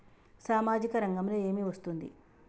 సామాజిక రంగంలో ఏమి వస్తుంది?